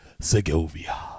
Segovia